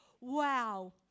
wow